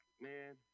man